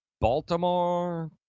Baltimore